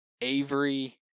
Avery